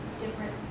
different